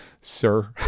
sir